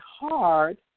hard